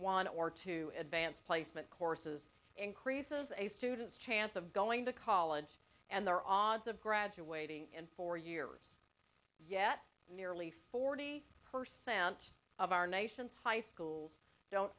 one or two advanced placement courses increases a student's chance of going to college and they're all odds of graduating in four years yet nearly forty percent of our nation's high schools don't